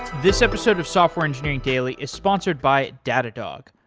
this episode of software engineering daily is sponsored by datadog,